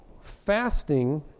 fasting